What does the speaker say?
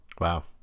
Wow